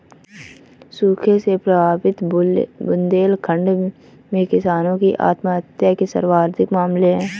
सूखे से प्रभावित बुंदेलखंड में किसानों की आत्महत्या के सर्वाधिक मामले है